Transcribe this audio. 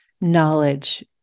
knowledge